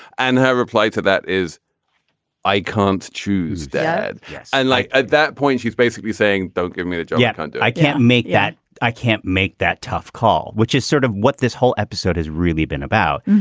and her reply to that is i can't choose that yeah i like at that point she's basically saying don't give me that yeah yet and i can't make that i can't make that tough call which is sort of what this whole episode has really been about.